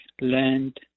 land